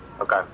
Okay